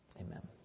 Amen